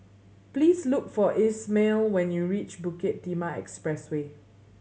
please look for Ishmael when you reach Bukit Timah Expressway